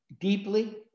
deeply